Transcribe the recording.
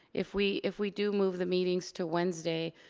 if we if we do move the meetings to wednesday,